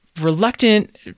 reluctant